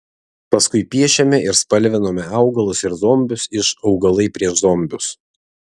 paskui piešėme ir spalvinome augalus ir zombius iš augalai prieš zombius